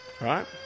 right